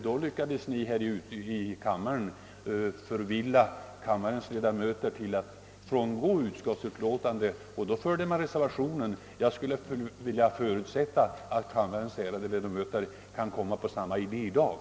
Vi lyckades då förvilla kammarens ledamöter så att de frångick utskottsmajoritetens förslag och följde oss. Jag skulle vilja förutsätta att kammarens. ärade ledamöter kommer på samma idé i dag!